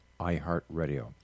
iHeartRadio